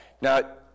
Now